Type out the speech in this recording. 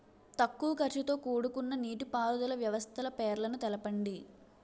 తక్కువ ఖర్చుతో కూడుకున్న నీటిపారుదల వ్యవస్థల పేర్లను తెలపండి?